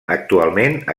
actualment